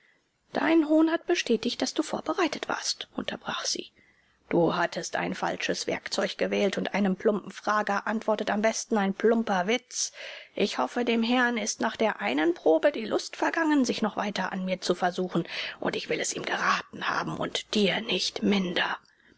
dein hohn hat bestätigt daß du vorbereitet warst unterbrach sie du hattest ein falsches werkzeug gewählt und einem plumpen frager antwortet am besten ein plumper witz ich hoffe dem herrn ist nach der einen probe die lust vergangen sich noch weiter an mir zu versuchen und ich will es ihm geraten haben und dir nicht minder